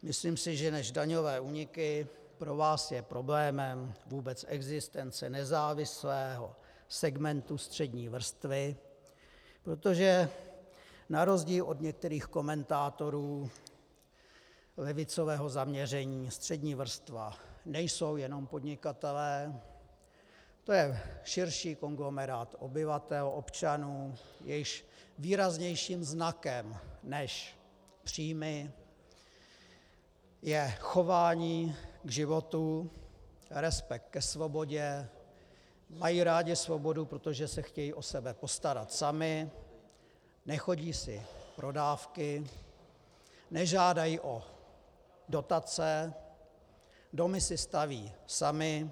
Myslím si, že než daňové úniky pro vás je problémem vůbec existence nezávislého segmentu střední vrstvy, protože na rozdíl od některých komentátorů levicového zaměření střední vrstva nejsou jenom podnikatelé, to je širší konglomerát obyvatel občanů, jejichž výraznějším znakem než příjmy je chování k životu, respekt ke svobodě, mají rádi svobodu, protože se chtějí o sebe postarat sami, nechodí si pro dávky, nežádají o dotace, domy si staví sami.